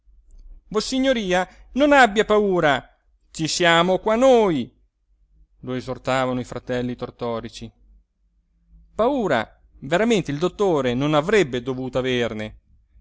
l'omero vossignoria non abbia paura ci siamo qua noi lo esortavano i fratelli tortorici paura veramente il dottore non avrebbe dovuto averne